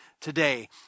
today